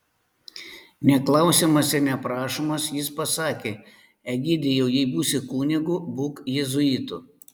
neklausiamas ir neprašomas jis pasakė egidijau jei būsi kunigu būk jėzuitu